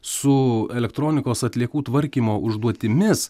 su elektronikos atliekų tvarkymo užduotimis